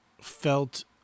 felt